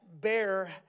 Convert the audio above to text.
bear